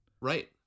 Right